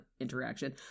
interaction